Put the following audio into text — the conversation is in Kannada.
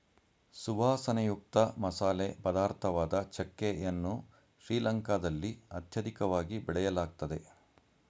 ಸುವಾಸನೆಯುಕ್ತ ಮಸಾಲೆ ಪದಾರ್ಥವಾದ ಚಕ್ಕೆ ಯನ್ನು ಶ್ರೀಲಂಕಾದಲ್ಲಿ ಅತ್ಯಧಿಕವಾಗಿ ಬೆಳೆಯಲಾಗ್ತದೆ